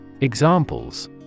Examples